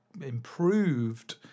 improved